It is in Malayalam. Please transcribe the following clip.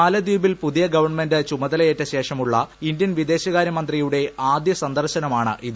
മാലദ്വീപിൽ പുതിയ ഗവൺമെന്റ് ചുമതലയേറ്റ ശേഷമുള്ള് ഇന്ത്യൻ വിദേശകാര്യമന്ത്രിയുടെ ആദ്യ സന്ദർശനമാണിത്